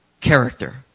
character